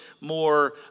more